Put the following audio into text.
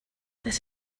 this